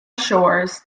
shores